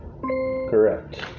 Correct